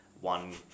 one